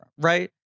right